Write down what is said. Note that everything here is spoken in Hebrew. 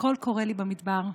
"קול קורא לי במדבר"